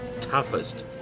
toughest